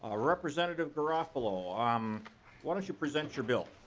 ah representative garofalo um why don't you present your bill.